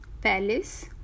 palace